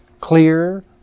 clear